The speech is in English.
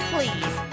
Please